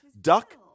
Duck